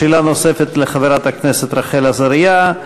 שאלה נוספת לחברת הכנסת רחל עזריה.